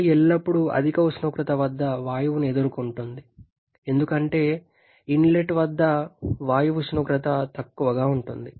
గాలి ఎల్లప్పుడూ అధిక ఉష్ణోగ్రత వద్ద వాయువును ఎదుర్కొంటుంది ఎందుకంటే ఇన్లెట్ వద్ద వాయువు ఉష్ణోగ్రత తక్కువగా ఉంటుంది